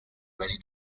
ready